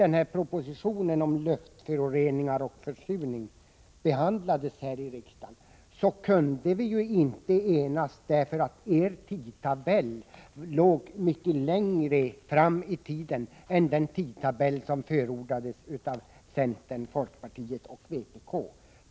När propositionen om luftföroreningar och försurning behandlades här i riksdagen kunde vi inte enas, därför att er tidtabell låg mycket längre fram i tiden än den tidtabell som förordades av centern, folkpartiet och vpk.